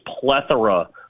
plethora